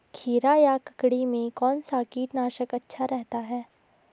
खीरा या ककड़ी में कौन सा कीटनाशक अच्छा रहता है?